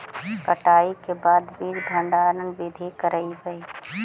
कटाई के बाद बीज भंडारन बीधी करबय?